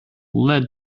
led